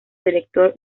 director